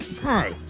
Hi